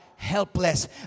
Helpless